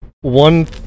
One